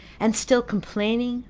and still complaining,